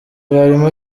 barimo